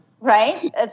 right